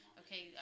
okay